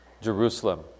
Jerusalem